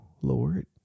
Lord